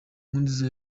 nkurunziza